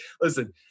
Listen